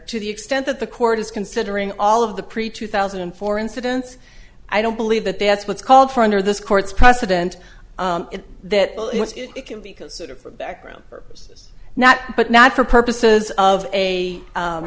to the extent that the court is considering all of the pre two thousand and four incidents i don't believe that that's what's called for under this court's precedent in that it can be considered for background purposes not but not for purposes of